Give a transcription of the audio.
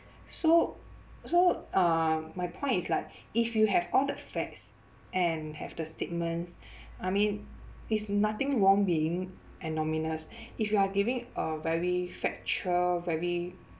so so uh my point is like if you have all the facts and have the statements I mean is nothing wrong being if you are giving a very factual very